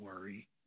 worry